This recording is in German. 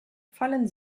fallen